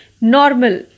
normal